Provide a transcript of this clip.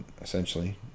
essentially